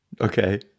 okay